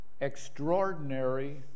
extraordinary